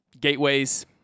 gateways